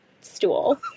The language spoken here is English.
stool